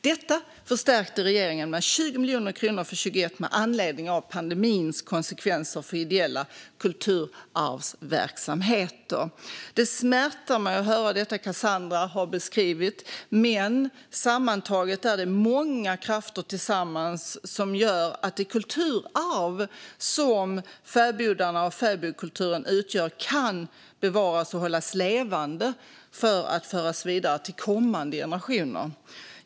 Detta förstärkte regeringen med 20 miljoner kronor för 2021 med anledning av konsekvenserna av pandemin för ideella kulturarvsverksamheter. Det smärtar mig att höra det Cassandra Sundin har beskrivit, men sammantaget är det många krafter tillsammans som gör att det kulturarv som fäbodarna och fäbodkulturen utgör kan bevaras och hållas levande för att föras vidare till kommande generationer.